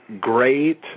great